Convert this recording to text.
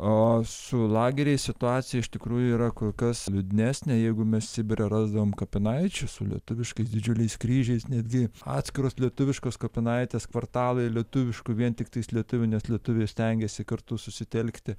o su lageriais situacija iš tikrųjų yra kur kas liūdnesnė jeigu mes sibire rasdavom kapinaičių su lietuviškais didžiuliais kryžiais netgi atskiros lietuviškos kapinaitės kvartalai lietuviškų vien tiktais lietuvių nes lietuviai stengėsi kartu susitelkti